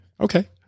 Okay